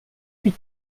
huit